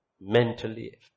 mentally